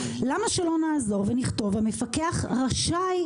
למה שלא נעזור ונכתוב: המפקח רשאי